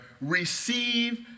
receive